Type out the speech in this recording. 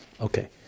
Okay